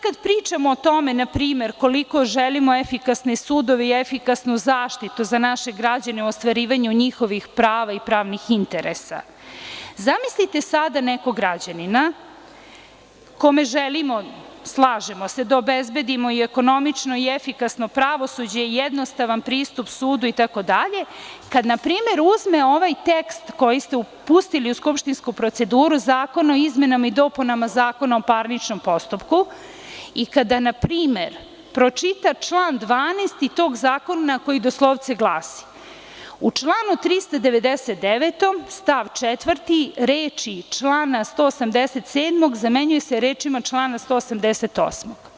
Kada pričamo o tome koliko želimo efikasne sudove i efikasnu zaštitu za naše građane u ostvarivanju njihovih prava i pravnih interesa, zamislite sada nekog građanina kome želimo, slažemo se, da obezbedimo ekonomično i efikasno pravosuđe i jednostavan pristup sudu itd, kada npr. uzme ovaj tekst koji ste pustili u skupštinsku proceduru, tekst Zakona o izmenama i dopunama Zakona o parničnom postupku i kada npr. pročita član 12. tog zakona, koji doslovce glasi – u članu 399. stav 4. reči: „člana 187.“ zamenjuju se rečima: „člana 188.